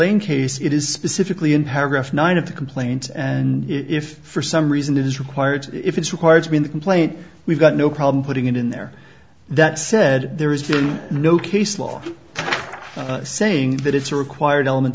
ing case it is specifically in paragraph nine of the complaint and if for some reason it is required if it's required to be in the complaint we've got no problem putting it in there that said there is no case law saying that it's a required element